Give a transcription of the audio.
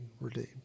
redeemed